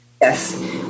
Yes